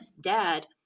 dad